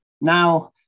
Now